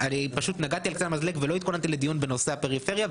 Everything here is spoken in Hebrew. פשוט נגעתי על קצה המזלג ולא התכוננתי לדיון בנושא הפריפריה,